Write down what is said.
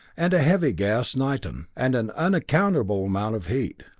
and a heavy gas, niton, and an unaccountable amount of heat.